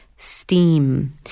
steam